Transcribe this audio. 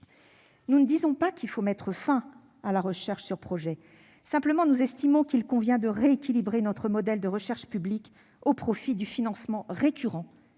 Nous ne disons pas qu'il faut mettre fin à la recherche sur projets. Nous estimons simplement qu'il convient de rééquilibrer notre modèle de recherche publique au profit du financement récurrent